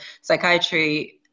psychiatry